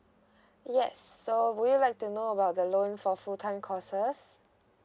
yes so would you like to know about the loan for full time courses